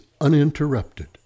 uninterrupted